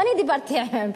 ואני דיברתי אתם,